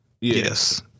Yes